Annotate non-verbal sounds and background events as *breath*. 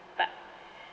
but *breath*